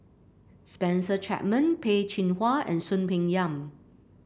Spencer Chapman Peh Chin Hua and Soon Peng Yam